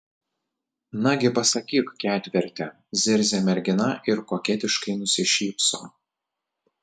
nagi pasakyk ketverte zirzia mergina ir koketiškai nusišypso